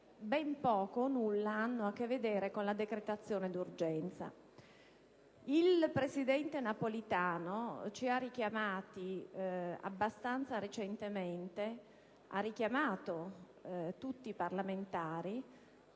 ben poco, o nulla, hanno a che vedere con la decretazione d'urgenza. Il presidente Napolitano, abbastanza recentemente, ha richiamato tutti i parlamentari